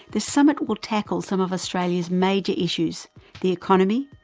the summit will tackle some of australia's major issues the economy,